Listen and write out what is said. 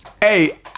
Hey